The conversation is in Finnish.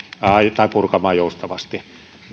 ja purkamaan joustavasti